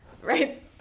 Right